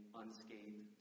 unscathed